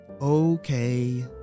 Okay